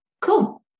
cool